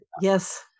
Yes